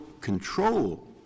control